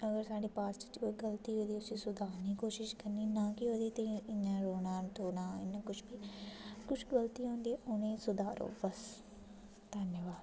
अगर साढे पास्ट च कोई गलती होई दी ते उसी सुधारने दी कोशिश करनी ना कि ओह्दे लेई इन्ना रोना धोना किश गलतियां होंदियां उ'नें ई बस सुधारो बस